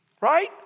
right